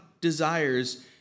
desires